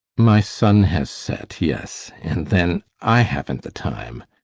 my sun has set, yes, and then i haven't the time.